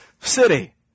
city